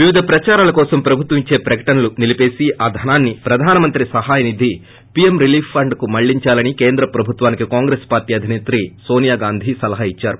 వివిధ ప్రదారాల కోసం ప్రభుత్వం ఇచ్చే ప్రకటనలను నిలిపిపేసి ఆ ధనాన్ని ప్రధానమంత్రి సహాయ నిధి పీఎం రిలీఫ్ ఫండ్కి మళ్లించాలని కేంద్ర ప్రభుత్వానికి కాంగ్రెస్ అధిసేత్రి నోనియా గాంధీ సలహా ఇద్చారు